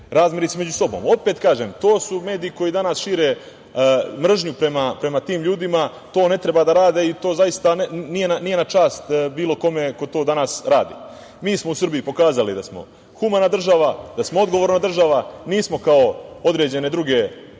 razmirice među sobom. Opet kažem, to su mediji koji danas šire mržnju prema tim ljudima. To ne treba da rade i zasta to nije na čast bilo kome ko to danas radi. Mi smo u Srbiji pokazali da smo humana država, da smo odgovorna država, nismo kao određene druge